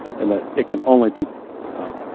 in that it can only be well,